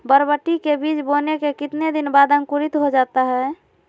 बरबटी के बीज बोने के कितने दिन बाद अंकुरित हो जाता है?